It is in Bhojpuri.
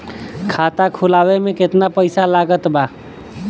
खाता खुलावे म केतना पईसा लागत बा?